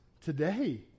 today